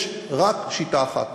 יש רק שיטה אחת: